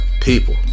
People